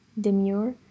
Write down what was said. demure